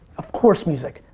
of course music.